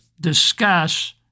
discuss